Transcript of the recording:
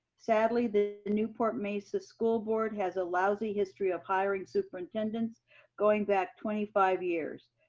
sadly, the newport mesa school board has a lousy history of hiring superintendents going back twenty five years.